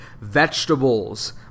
Vegetables